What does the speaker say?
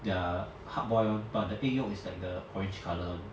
their hard boil [one] but the egg yolk is like the orange colour [one]